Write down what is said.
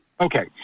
Okay